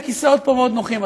הכיסאות פה מאוד נוחים,